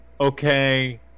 okay